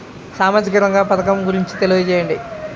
సామాజిక రంగ పథకం గురించి తెలియచేయండి?